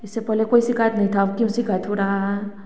इससे पहले कोई शिकायत नहीं था अब क्यों शिकायत हो रहा है